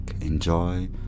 enjoy